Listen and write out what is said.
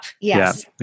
Yes